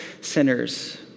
sinners